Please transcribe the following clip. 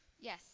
Yes